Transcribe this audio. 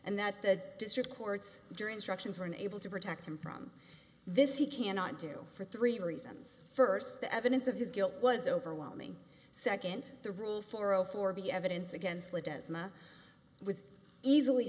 and that the district courts during structures were unable to protect him from this he cannot do for three reasons first the evidence of his guilt was overwhelming second the rule for zero four be evidence against